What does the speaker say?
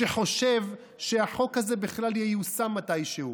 שחושב שהחוק הזה בכלל ייושם מתישהו.